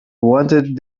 wanted